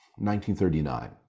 1939